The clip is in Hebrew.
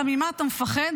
אצל מבקר